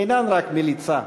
אינן רק מליצה.